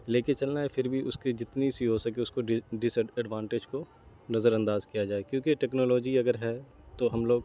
لے کے چلنا ہے پھر بھی اس کے جتنی سی ہو سکے اس کو ڈس ایڈوانٹیج کو نظر انداز کیا جائے کیونکہ ٹیکنالوجی اگر ہے تو ہم لوگ